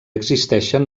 existeixen